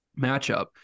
matchup